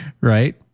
right